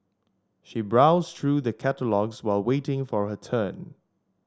she browsed through the catalogues while waiting for her turn